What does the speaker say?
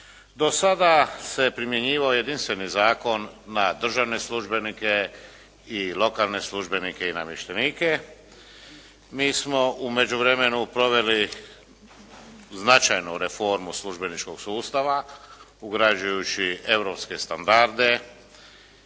Do sada se primjenjivao jedinstveni zakon na državne službenike i lokalne službenike i namještenike. Mi smo u međuvremenu proveli značajnu reformu službeničkog sustava ugrađujući europske standarde